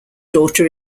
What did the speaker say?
daughter